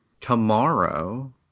Tomorrow